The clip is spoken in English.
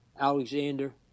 Alexander